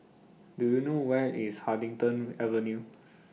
Do YOU know Where IS Huddington Avenue